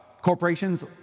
corporations